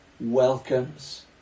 welcomes